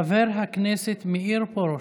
חבר הכנסת מאיר פרוש.